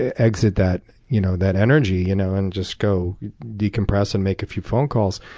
ah exit that you know that energy you know and just go decompress and make a few phone calls.